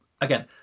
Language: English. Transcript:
Again